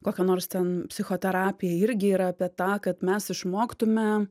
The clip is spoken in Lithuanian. kokia nors ten psichoterapija irgi yra apie tą kad mes išmoktume